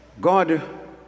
God